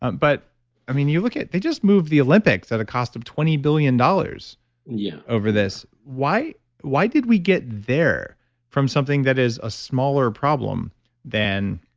um but you look at. they just moved the olympics at a cost of twenty million dollars yeah over this. why why did we get there from something that is a smaller problem than.